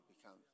become